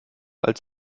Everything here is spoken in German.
als